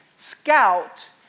scout